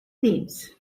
themes